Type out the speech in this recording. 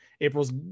April's